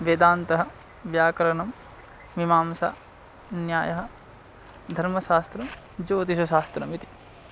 वेदान्तः व्याकरणं मीमांसा न्यायः धर्मशास्त्रं ज्योतिश्शस्त्रमिति